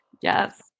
Yes